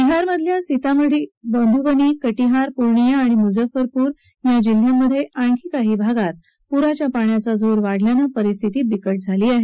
बिहारमधल्या सितामढी मधूबनी कटिहार पुर्णिया आणि मुजफ्फरपूर या जिल्ह्यांमधे आणखी काही भागात पुराच्या पाण्याचा जोर वाढल्यानं परिस्थिती अधिक बिकट झाली आहे